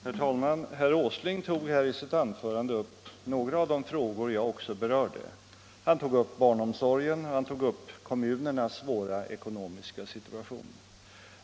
Herr talman! Herr Åsling tog i sitt anförande upp några av de frågor jag berörde. Han tog upp barnomsorgen och han tog upp kommunernas svåra ekonomiska situation.